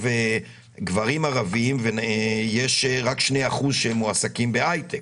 גברים ערבים יש רק שני אחוז שמועסקים בהייטק,